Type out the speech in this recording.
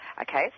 Okay